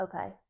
Okay